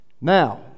now